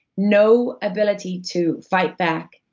no ability to fight back,